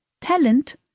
Talent